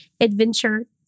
adventure